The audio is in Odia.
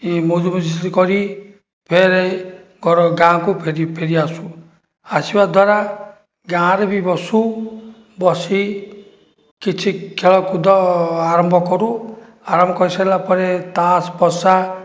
ଇଏ ମଉଜ ମଜଲିସ୍ କରି ଫେରେ ଘର ଗାଁକୁ ଫେରି ଫେରିଆସୁ ଆସିବା ଦ୍ୱାରା ଗାଁରେ ବି ବସୁ ବସି କିଛି ଖେଳକୁଦ ଆରମ୍ଭ କରୁ ଆରମ୍ଭ କରିସାରିଲା ପରେ ତାସ ପଶା